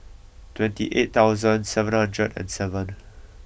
twenty eight thousand seven hundred and seven